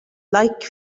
like